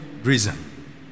Reason